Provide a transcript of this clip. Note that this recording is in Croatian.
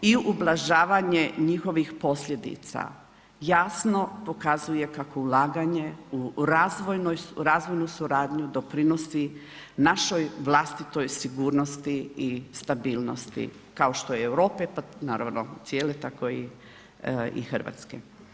I ublažavanje njihovih posljedica jasno pokazuje kako ulaganje u razvojnu suradnju doprinosi našoj vlastitoj sigurnosti i stabilnosti kao što i Europe naravno cijele tako i Hrvatske.